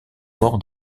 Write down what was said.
maur